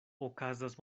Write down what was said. okazas